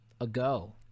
ago